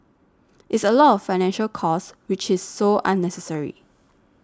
it's a lot of financial cost which is so unnecessary